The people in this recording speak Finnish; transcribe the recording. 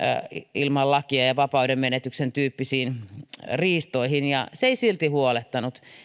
ilman lakia tapahtuviin sitomisiin ja vapauden menetyksen tyyppisiin riistoihin ja se ei silti huolettanut